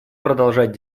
продолжать